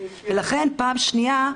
ולכן פעם שנייה,